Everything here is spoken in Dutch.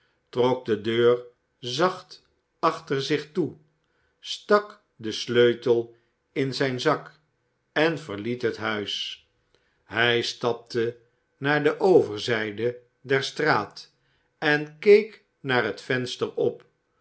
trok de deur zacht achter zich toe stak den sleutel in zijn zak en verliet het huis hij stapte naar de overzijde der straat en keek naar het venster op